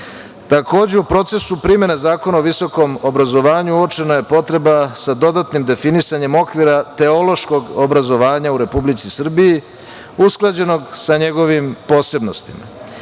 njih. Takođe, u procesu primene Zakona o visokom obrazovanju uočena je potreba sa dodatnim definisanjem okvira teološkog obrazovanja u Republici Srbiji usklađenog sa njegovim posebnostima. Predviđene